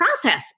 process